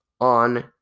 on